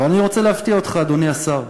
אבל אני רוצה להפתיע אותך, אדוני השר.